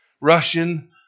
Russian